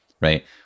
right